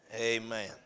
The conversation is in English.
Amen